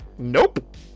Nope